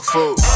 Food